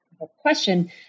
question